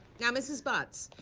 now mrs. butz,